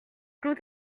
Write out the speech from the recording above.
quand